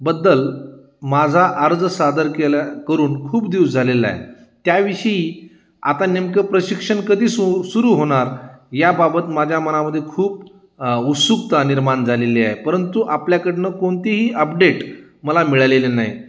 बद्दल माझा अर्ज सादर केला करून खूप दिवस झालेला आहे त्याविषयी आता नेमकं प्रशिक्षण कधी सु सुरू होनार याबाबत माझ्या मनामध्ये खूप उत्सुकता निर्माण झालेली आहे परंतु आपल्याकडनं कोणतीही अपडेट मला मिळालेले नाही